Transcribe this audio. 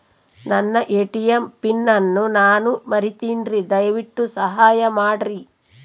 ನನ್ನ ATM PIN ಅನ್ನು ನಾನು ಮರಿತಿನ್ರಿ, ದಯವಿಟ್ಟು ಸಹಾಯ ಮಾಡ್ರಿ